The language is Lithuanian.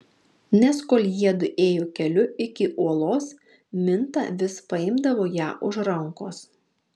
nes kol jiedu ėjo keliu iki uolos minta vis paimdavo ją už rankos